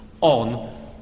on